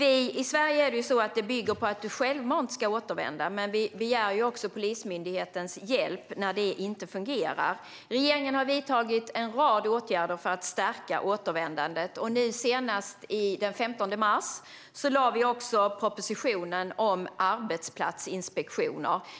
I Sverige bygger det på att man självmant ska återvända. Men vi begär Polismyndighetens hjälp när det inte fungerar. Regeringen har vidtagit en rad åtgärder för att stärka återvändandet. Den 15 mars lade vi också fram propositionen om arbetsplatsinspektioner.